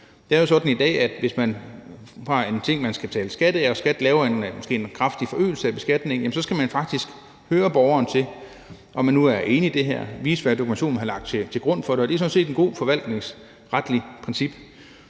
Det er jo sådan i dag, at hvis man har en ting, man skal betale skat af, og skattemyndighederne måske laver en kraftig forøgelse af beskatningen, så skal man faktisk høre borgeren, om man nu er enig i det her, og vise, hvilken dokumentation de har lagt til grund for det, og det er sådan set et godt forvaltningsretligt princip.